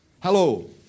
Hello